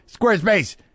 Squarespace